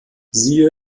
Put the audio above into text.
siehe